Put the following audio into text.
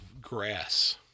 grass